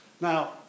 Now